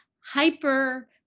hyper